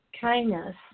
Kindness